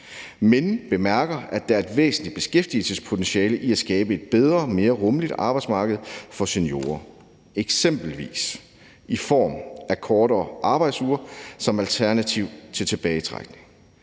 men bemærker, at der er et væsentligt beskæftigelsespotentiale i at skabe et bedre og mere rummeligt arbejdsmarked for seniorer – eksempelvis i form af kortere arbejdsuger som alternativ til tilbagetrækning.